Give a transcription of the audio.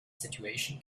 situation